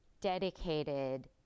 dedicated